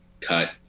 cut